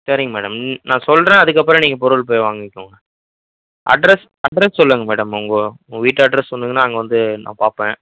சரிங்க மேடம் நான் சொல்லுறேன் அதற்கப்பறம் நீங்கள் பொருள் போய் வாங்கிக்கோங்க அட்ரஸ் அட்ரஸ் சொல்லுங்கள் மேடம் உங்கள் உங்கள் வீட்டு அட்ரஸ் சொன்னீங்கன்னா அங்கே வந்து நான் பார்ப்பேன்